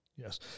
Yes